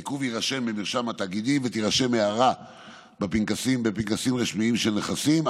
העיכוב יירשם במרשם התאגידים ותירשם הערה בפנקסים רשמיים של נכסים.